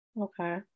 Okay